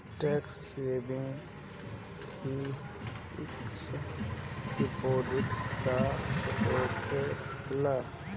Tax saving fix deposit का होखे ला?